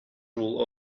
rule